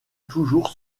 toujours